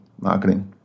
marketing